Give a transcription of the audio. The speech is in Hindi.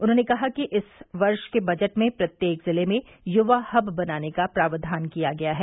उन्होंने कहा कि इस वर्ष के बजट में प्रत्येक जिले में युवा हब बनाने का प्रावधान किया गया है